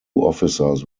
officers